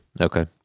Okay